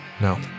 No